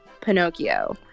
Pinocchio